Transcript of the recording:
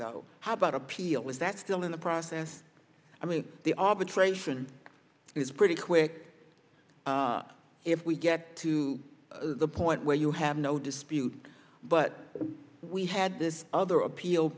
go how about appeal is that still in the process i mean the arbitration is pretty quick if we get to the point where you have no dispute but we had this other appeal